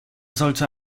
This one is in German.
sollte